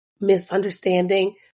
misunderstanding